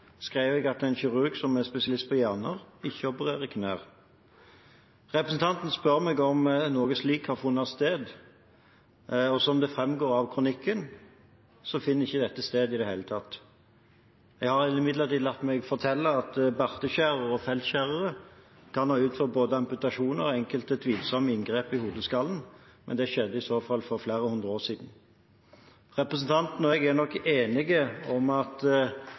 skrev jeg at en kirurg som er spesialist på hjerner, ikke opererer knær. Representanten spør meg om noe slikt har funnet sted. Som det framgår av kronikken, finner det ikke sted i det hele tatt. Jeg har imidlertid latt meg fortelle at bartskjærere og feltskjærere kan ha utført både amputasjoner og enkelte tvilsomme inngrep i hodeskaller. Det skjedde i så fall for flere hundre år siden. Representanten og jeg er nok enige om at